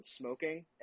smoking